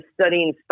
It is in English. studying